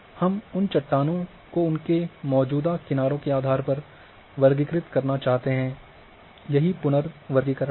हम चट्टानों को उनके मौजूद किनारों के आधार पर वर्गीकृत करना चाहते हैं यही पुनर्वर्गीकरण है